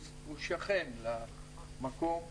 הוא שכן למקום.